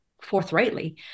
forthrightly